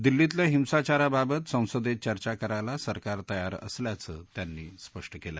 दिल्लीतल्या हिंसाचाराबाबत संसदेत चर्चा करायला सरकार तयार असल्याचं त्यांनी स्पष्ट केलं